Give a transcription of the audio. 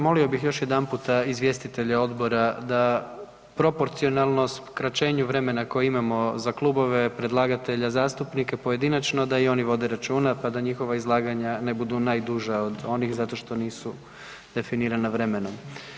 Molio bih još jedanputa izvjestitelja odbora da proporcionalno skraćenju vremena koje imamo za klubove predlagatelja zastupnika pojedinačno da i oni vode računa pa da njihova izlaganja ne budu najduža od onih zato što nisu definirana vremenom.